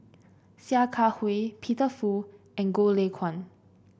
Sia Kah Hui Peter Fu and Goh Lay Kuan